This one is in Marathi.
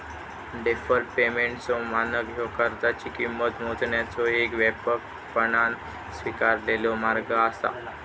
डेफर्ड पेमेंटचो मानक ह्यो कर्जाची किंमत मोजण्याचो येक व्यापकपणान स्वीकारलेलो मार्ग असा